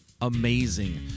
amazing